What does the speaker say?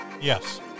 Yes